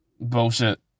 bullshit